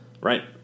Right